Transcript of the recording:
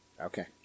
okay